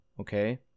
okay